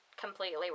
completely